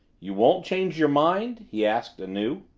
you won't change your mind? he asked anew.